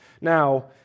Now